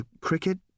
Cricket